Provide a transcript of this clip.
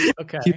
Okay